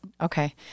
Okay